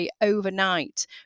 overnight